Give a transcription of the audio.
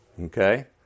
Okay